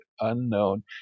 unknown